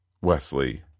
Wesley